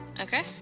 Okay